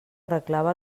arreglava